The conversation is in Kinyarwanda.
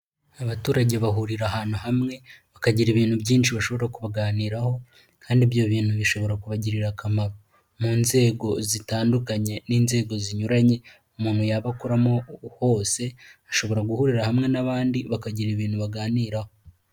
Abaturage bahurira ahantu hamwe bakagira ibintu byinshi bashobora kubaganiraho kandi ibyo bintu bishobora kubagirira akamaro. Mu inzego zitandukanye n'inzego zinyuranye umuntu yaba akoramo hose ashobora guhurira hamwe n'abandi bakagira ibintu baganiraho.